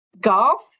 golf